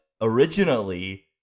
originally